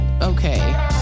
okay